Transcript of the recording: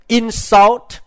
insult